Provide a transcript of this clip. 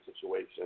situation